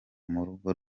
murugo